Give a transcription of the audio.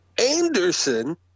anderson